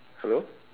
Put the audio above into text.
hello